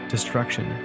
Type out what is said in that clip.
Destruction